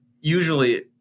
usually